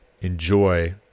enjoy